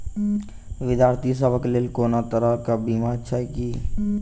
विद्यार्थी सभक लेल कोनो तरह कऽ बीमा छई की?